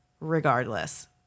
regardless